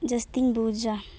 ᱡᱟᱹᱥᱛᱤᱧ ᱵᱩᱡᱟ